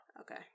Okay